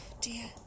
dear